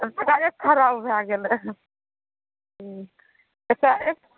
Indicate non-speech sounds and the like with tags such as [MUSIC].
[UNINTELLIGIBLE] खराब भए गेलै [UNINTELLIGIBLE]